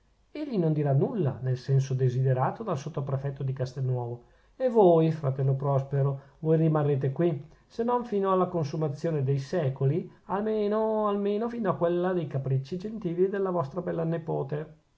egli non dirà nulla nel senso desiderato dal sottoprefetto di castelnuovo e voi fratello prospero voi rimarrete qui se non fino alla consumazione dei secoli almeno almeno fino a quella dei capricci gentili della vostra bella nepote